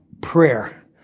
prayer